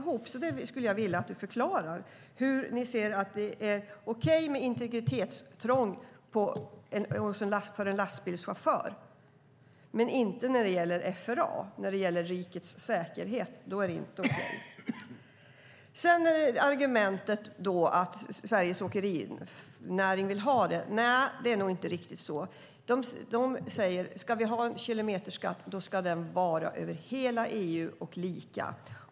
Jag skulle vilja att du förklarar hur det kan vara okej med integritetstrång för en lastbilschaufför men inte när det gäller FRA. När det gäller rikets säkerhet är det inte okej. Sedan är det argumentet att Sveriges åkerinäring vill ha detta. Nej, det är nog inte riktigt så. De säger: Ska vi ha en kilometerskatt ska den vara över hela EU och lika.